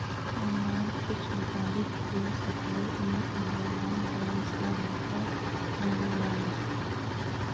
Online fixed deposit खुईल सके इ आ ओ बन्द ब्रांच स होतै या ऑनलाइन?